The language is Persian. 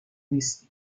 نیستی